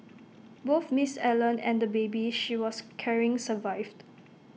both miss Allen and the baby she was carrying survived